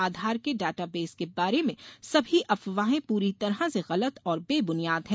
आधार के data base के बारे में सभी अफवाहें पूरी तरह से गलत और बेबूनियाद हैं